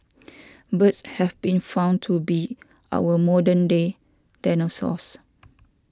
birds have been found to be our modern day dinosaurs